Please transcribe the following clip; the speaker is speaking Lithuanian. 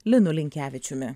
linu linkevičiumi